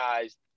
guys